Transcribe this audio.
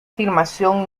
filmación